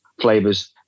flavors